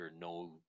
no